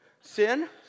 Sin